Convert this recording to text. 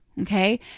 Okay